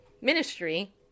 ministry